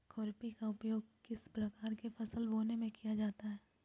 खुरपी का उपयोग किस प्रकार के फसल बोने में किया जाता है?